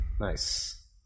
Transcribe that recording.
Nice